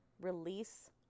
release